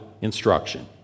instruction